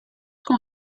con